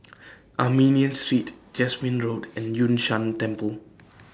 Armenian Street Jasmine Road and Yun Shan Temple